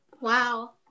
Wow